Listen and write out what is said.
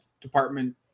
department